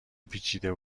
پیچیده